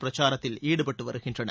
பிரச்சாரத்தில் ஈடுபட்டு வருகின்றனர்